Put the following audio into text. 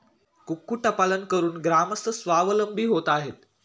कुक्कुटपालन करून ग्रामस्थ स्वावलंबी होत आहेत